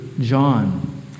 John